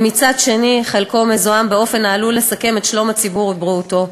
ומצד שני חלקו מזוהם באופן שעלול לסכן את שלום הציבור ובריאותו.